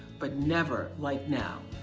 but never like now.